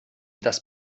das